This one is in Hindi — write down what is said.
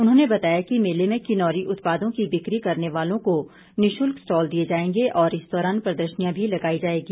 उन्होंने बताया कि कि मेले में किन्नौरी उत्पादों की बिकी करने वालों को निशुल्क स्टॉल दिए जाएंगे और इस दौरान प्रदर्शिनियां भी लगाई जाएगी